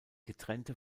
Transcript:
getrennte